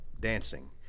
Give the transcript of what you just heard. dancing